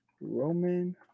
Roman